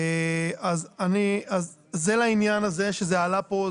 זה לעניין הזה, שזה עלה פה.